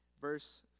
Verse